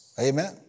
Amen